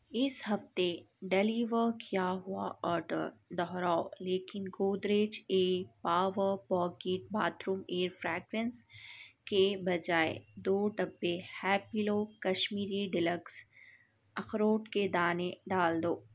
اس ہفتے ڈیلیور کیا ہوا آرڈر دہراؤ لیکن Godrej aer power pocket bathroom air fragrance کے بجائے دو ڈبے ہیپیلو کشمیری ڈیلکس اخروٹ کے دانے ڈال دو